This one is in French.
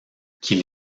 qui